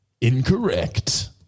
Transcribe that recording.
Incorrect